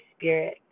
spirit